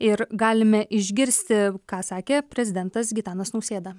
ir galime išgirsti ką sakė prezidentas gitanas nausėda